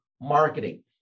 marketing